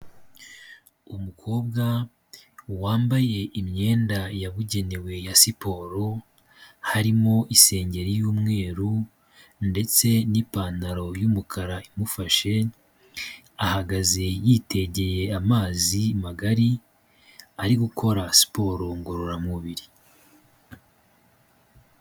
Umukobwa wambaye imyenda yabugenewe ya siporo, harimo isengeri y'umweru ndetse n'ipantaro y'umukara imufashe, ahagaze yitegeye amazi magari ari gukora siporo ngororamubiri.